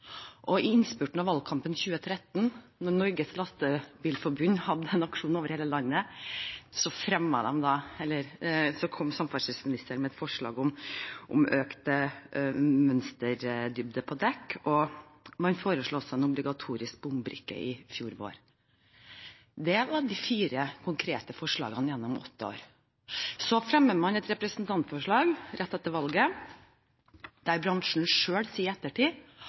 og i innspurten av valgkampen 2013, da Norges Lastebileier-Forbund hadde en aksjon over hele landet, kom samferdselsministeren med et forslag om økt mønsterdybde på dekk, og man foreslo også en obligatorisk bombrikke i fjor vår. Det var de fire konkrete forslagene gjennom åtte år. Så fremmer man et representantforslag rett etter valget, der bransjen selv i ettertid